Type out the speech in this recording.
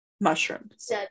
mushrooms